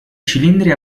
cilindri